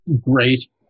great